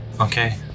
Okay